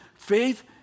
Faith